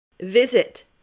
Visit